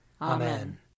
Amen